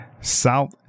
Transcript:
South